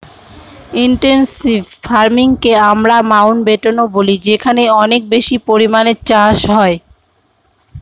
intensive ফার্মিংকে আমরা মাউন্টব্যাটেনও বলি যেখানে অনেক বেশি পরিমানে চাষ হয়